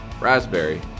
Raspberry